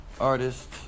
artist